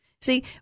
See